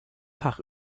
fach